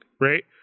right